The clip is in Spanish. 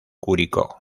curicó